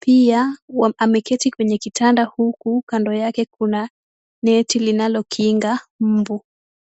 Pia ameketi kwenye kitanda huku kando yake kuna kuna neti linalokinga mbu.